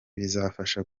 bizafasha